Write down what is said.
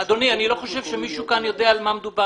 אדוני, אני לא חושב שמישהו יודע כאן על מה מדובר.